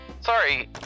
sorry